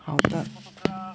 好的